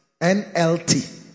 NLT